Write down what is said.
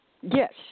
Yes